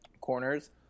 corners